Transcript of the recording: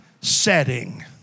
setting